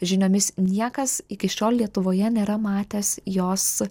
žiniomis niekas iki šiol lietuvoje nėra matęs jos